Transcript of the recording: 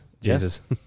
Jesus